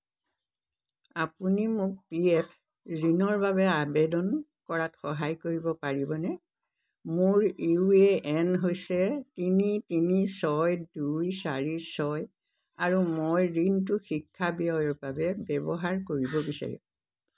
আপুনি মোক P F ঋণৰ বাবে আবেদন কৰাত সহায় কৰিব পাৰিবনে মোৰ ইউ এ এন হৈছে তিনি তিনি ছয় দুই চাৰি ছয় আৰু মই ঋণটো শিক্ষা ব্যয়ৰ বাবে ব্যৱহাৰ কৰিব বিচাৰোঁ